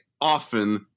often